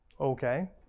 Okay